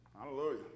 Hallelujah